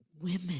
women